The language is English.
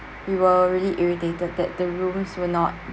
we were really irritated that the rooms were not